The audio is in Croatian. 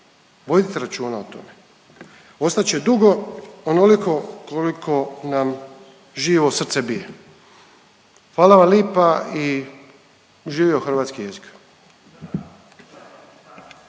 Vodite računa o tome. Ostat će dugo onoliko koliko nam živo srce bije. Hvala vam lipa i živio hrvatski jezik!